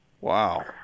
Wow